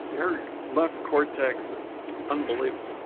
her left cortex is unbelievable,